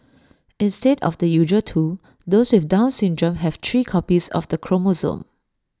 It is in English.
instead of the usual two those with down syndrome have three copies of the chromosome